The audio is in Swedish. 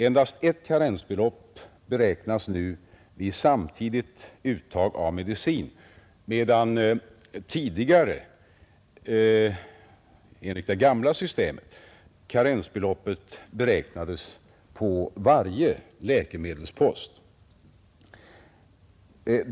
Endast ett karensbelopp beräknas nu vid samtidigt uttag av medicin, medan tidigare, enligt det gamla systemet, karensbeloppet beräknades på varje läkemedelspost.